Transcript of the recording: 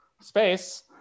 space